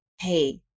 hey